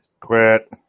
Quit